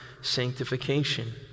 sanctification